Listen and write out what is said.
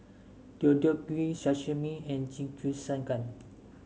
Deodeok Gui Sashimi and Jingisukan